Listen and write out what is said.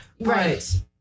Right